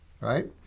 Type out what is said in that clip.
right